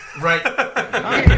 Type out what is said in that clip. Right